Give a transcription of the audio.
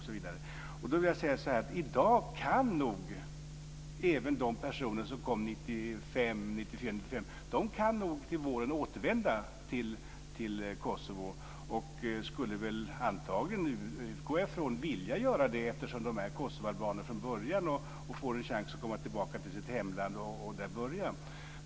Även de personer som kom 1994-1995 kan nog återvända till Kosovo till våren. Jag utgår ifrån att de också skulle vilja göra det, eftersom de är kosovoalbaner från början och får en chans att komma tillbaka till sitt hemland.